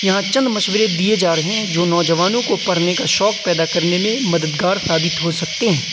یہاں چند مشورے دیے جا رہے ہیں جو نوجوانوں کو پرھنے کا شوق پیدا کرنے میں مددگار ثابت ہو سکتے ہیں